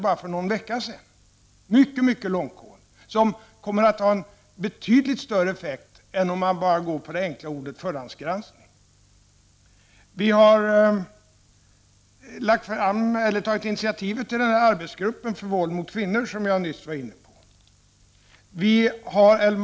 Dessa åtgärder är mycket mycket långtgående, och de kommer att ha en betydligt större effekt än vad som skulle bli fallet om det bara skulle bli fråga om en förhandsgranskning. Vi har tagit initiativ till den arbetsgrupp som jag nyss nämnde som arbetar med frågan om våldet mot kvinnor.